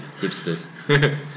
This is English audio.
hipsters